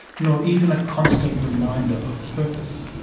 nor even a constant reminder of purpose.